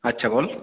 আচ্ছা বল